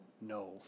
No